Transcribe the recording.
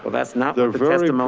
ah that's not the